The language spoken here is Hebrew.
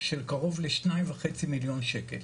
של קרוב ל-2.5 מיליון שקל.